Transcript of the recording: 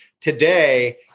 Today